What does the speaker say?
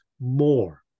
more